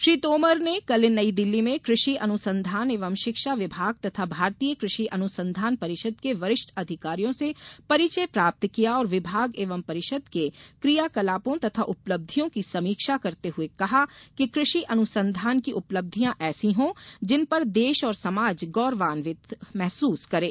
श्री तोमर ने कल नई दिल्ली में कृषि अनुसंधान एवं शिक्षा विभाग तथा भारतीय कृषि अनुसंधान परिषद के वरिष्ठ अधिकारियों से परिचय प्राप्त किया और विभाग एवं परिषद के क्रिया कलापों तथा उपलब्धियों की समीक्षा करते हुए कहा कि कृषि अनुसंधान की उपलब्धियां ऐसी हों जिन पर देश और समाज गौरवान्वित महसूस करे